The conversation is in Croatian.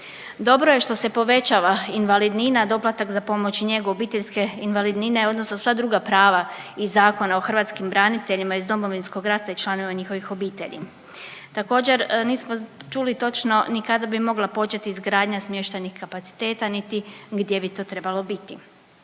Dobro je što se povećava invalidnina, doplatak za pomoć i njegu obiteljske invalidnine odnosno sva druga prava iz Zakona o hrvatskim braniteljima iz Domovinskog rata i članovima njihovih obitelji. Također nismo čuli točno ni kada bi mogla početi izgradnja smještajnih kapaciteta niti gdje bi to trebalo biti.